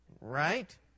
right